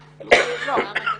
לומר.